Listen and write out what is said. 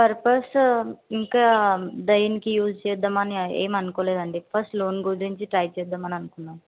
purpose ఇంకా దేనికి use చేద్దామని ఏమి అనుకోలేదండి ఫస్ట్ లోన్ గురించి ట్రై చేద్దామని అనుకున్నాం